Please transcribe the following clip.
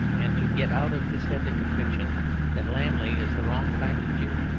and to get out of his head the conviction that lammle is the wrong kind of jew.